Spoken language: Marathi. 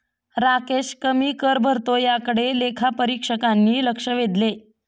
राकेश कमी कर भरतो याकडे लेखापरीक्षकांनी लक्ष वेधले